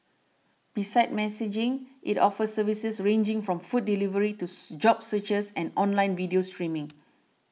besides messaging it offers services ranging from food delivery to job searches and online video streaming